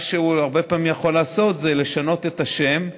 מה שהוא הרבה פעמים יכול לעשות זה לשנות את השם,